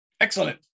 Excellent